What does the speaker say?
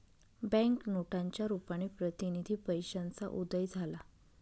bank नोटांच्या रुपाने प्रतिनिधी पैशाचा उदय झाला